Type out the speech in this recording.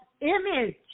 image